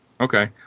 Okay